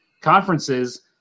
conferences